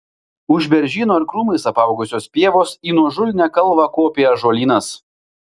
už beržyno ir krūmais apaugusios pievos į nuožulnią kalvą kopė ąžuolynas